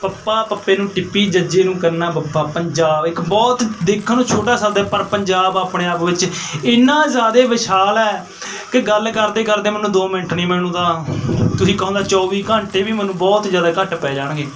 ਪੱਪਾ ਪੱਪੇ ਨੂੰ ਟਿੱਪੀ ਜੱਜੇ ਨੂੰ ਕੰਨਾ ਬੱਪਾ ਪੰਜਾਬ ਇੱਕ ਬਹੁਤ ਦੇਖਣ ਨੂੰ ਛੋਟਾ ਸਾਦਾ ਪਰ ਪੰਜਾਬ ਆਪਣੇ ਆਪ ਵਿੱਚ ਇੰਨਾ ਜ਼ਿਆਦੇ ਵਿਸ਼ਾਲ ਹੈ ਕਿ ਗੱਲ ਕਰਦੇ ਕਰਦੇ ਮੈਨੂੰ ਦੋ ਮਿੰਟ ਨਹੀਂ ਮੈਨੂੰ ਤਾਂ ਤੁਸੀਂ ਕਹੋ ਤਾਂ ਚੌਬੀ ਘੰਟੇ ਵੀ ਮੈਨੂੰ ਬਹੁਤ ਜਿਆਦਾ ਘੱਟ ਪੈ ਜਾਣਗੇ